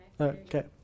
Okay